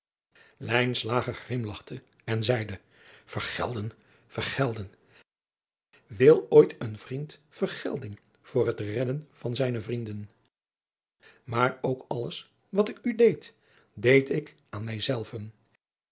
grimlachte en zeide vergelden vergelden wil ooit een vriend vergelding voor het redden van zijne vrienden maar ook alles wat ik u deed deed ik aan mij